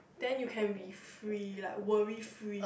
then you can be free like worry free